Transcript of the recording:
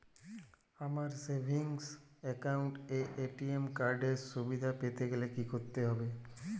আমার savings account এ ATM card এর সুবিধা পেতে গেলে কি করতে হবে?